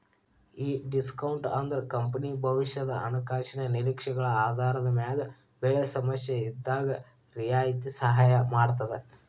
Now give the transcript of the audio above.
ಈ ಡಿಸ್ಕೋನ್ಟ್ ಅಂದ್ರ ಕಂಪನಿ ಭವಿಷ್ಯದ ಹಣಕಾಸಿನ ನಿರೇಕ್ಷೆಗಳ ಆಧಾರದ ಮ್ಯಾಗ ಬೆಲೆ ಸಮಸ್ಯೆಇದ್ದಾಗ್ ರಿಯಾಯಿತಿ ಸಹಾಯ ಮಾಡ್ತದ